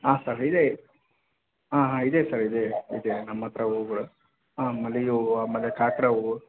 ಹಾಂ ಸರ್ ಇದೆ ಹಾಂ ಹಾಂ ಇದೆ ಸರ್ ಇದೆ ಇದೆ ನಮ್ಮ ಹತ್ರ ಹೂಗಳು ಹಾಂ ಮಲ್ಲಿಗೆ ಹೂವ ಆಮೇಲೆ ಕಾಕಡಾ ಹೂವು